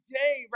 day